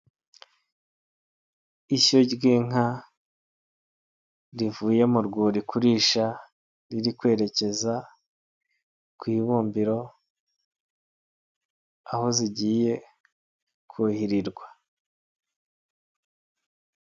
Ishyo ry'inka rivuye mu rwuri kurisha riri kwerekeza ku ibumbiro aho zigiye kuhirirwa.